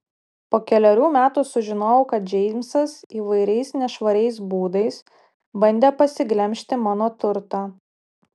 po kelerių metų sužinojau kad džeimsas įvairiais nešvariais būdais bandė pasiglemžti mano turtą